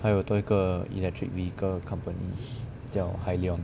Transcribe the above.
还有多一个 electric vehicle company 叫 Hyliion